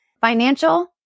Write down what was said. financial